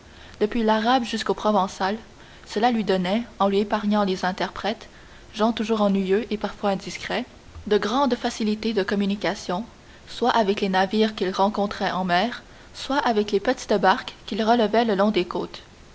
depuis l'arabe jusqu'au provençal cela lui donnait en lui épargnant les interprètes gens toujours ennuyeux et parfois indiscrets de grandes facilités de communication soit avec les navires qu'il rencontrait en mer soit avec les petites barques qu'il relevait le long des côtes